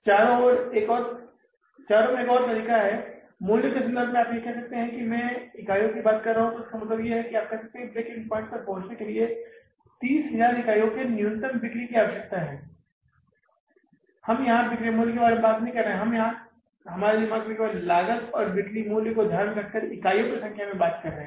चारों ओर एक और तरीका मूल्य के संदर्भ में आप यहां कह सकते हैं कि मैं इकाइयों के बारे में बात कर रहा हूं तो इसका मतलब है कि आप कह सकते हैं कि ब्रेक इवन पॉइंट्स तक पहुंचने के लिए 30000 इकाइयों की न्यूनतम बिक्री की आवश्यकता है हम यहां बिक्री मूल्य के बारे में बात नहीं कर रहे हैं हम केवल हमारे दिमाग में लागत और बिक्री मूल्य को ध्यान में रखकर इकाइयों की संख्या के बारे में बात कर रहे हैं